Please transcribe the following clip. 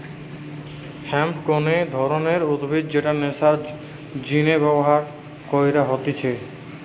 hemp গটে ধরণের উদ্ভিদ যেটা নেশার জিনে ব্যবহার কইরা হতিছে